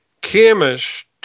chemist